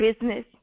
business